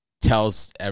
tells